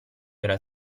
era